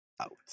out